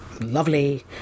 Lovely